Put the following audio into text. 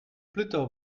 pluto